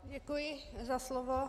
Děkuji za slovo.